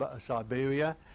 Siberia